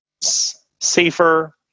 safer